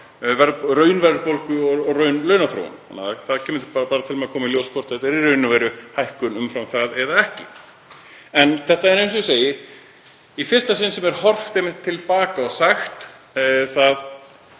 raunverðbólgu og raunlaunaþróun. Það á eftir að koma í ljós hvort þetta er í raun og veru hækkun umfram það eða ekki. En þetta er, eins og ég segi, í fyrsta sinn sem horft er til baka og sagt: